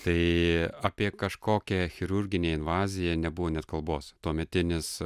tai apie kažkokią chirurginę invaziją nebuvo net kalbos tuometinis